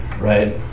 right